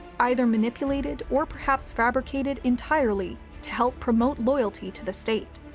either manipulated or perhaps fabricated entirely to help promote loyalty to the state.